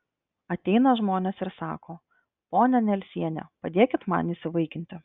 ateina žmonės ir sako ponia nelsiene padėkit man įsivaikinti